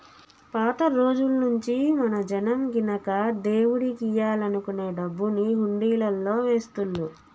పాత రోజుల్నుంచీ మన జనం గినక దేవుడికియ్యాలనుకునే డబ్బుని హుండీలల్లో వేస్తుళ్ళు